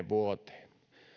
vuoteen